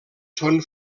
són